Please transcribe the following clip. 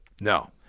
No